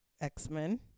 X-Men